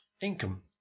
income